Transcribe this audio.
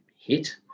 hit